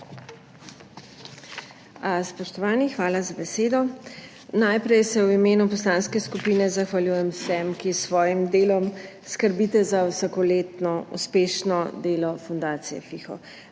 Spoštovani! Hvala za besedo. Najprej se v imenu poslanske skupine zahvaljujem vsem, ki s svojim delom skrbite za vsakoletno uspešno delo fundacije FIHO,